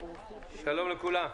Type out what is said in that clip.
שלום לכולם.